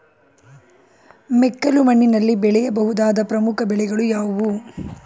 ಮೆಕ್ಕಲು ಮಣ್ಣಿನಲ್ಲಿ ಬೆಳೆಯ ಬಹುದಾದ ಪ್ರಮುಖ ಬೆಳೆಗಳು ಯಾವುವು?